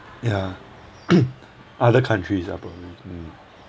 ya ya other countries ah probably mm